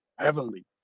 Heavenly